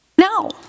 No